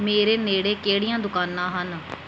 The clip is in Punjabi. ਮੇਰੇ ਨੇੜੇ ਕਿਹੜੀਆਂ ਦੁਕਾਨਾਂ ਹਨ